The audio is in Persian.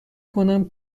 کنم